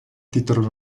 titolo